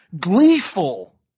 gleeful